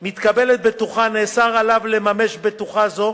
מתקבלת בטוחה נאסר עליו לממש בטוחה זו,